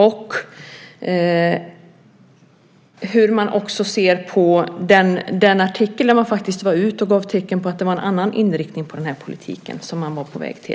Jag skulle också vilja veta hur man ser på den artikel där man faktiskt gav tecken på att det var en annan inriktning av den här politiken som man var på väg mot.